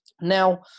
Now